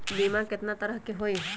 बीमा केतना तरह के होइ?